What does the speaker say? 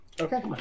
Okay